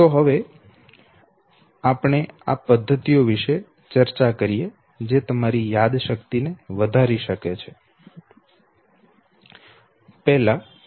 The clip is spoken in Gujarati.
તો હવે આપણે કરીશું તે પદ્ધતિઓ વિશે ચર્ચા કરીએ જે તમારી યાદશક્તિને વધારી શકે છે અને તમે તેનો પ્રયાસ કરી શકો છો